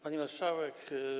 Pani Marszałek!